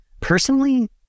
Personally